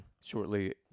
shortly